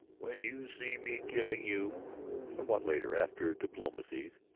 when you see me giving you somewhat later, after diplomacies,